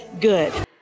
good